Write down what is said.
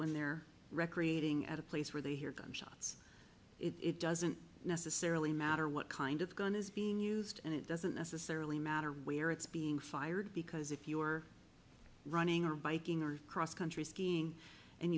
when they're recreating at a place where they hear gunshots it doesn't necessarily matter what kind of gun is being used and it doesn't necessarily matter where it's being fired because if you're running or biking or cross country skiing and